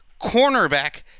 Cornerback